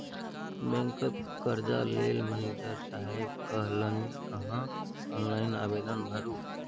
बैंकक कर्जा लेल मनिजर साहेब कहलनि अहॅँ ऑनलाइन आवेदन भरू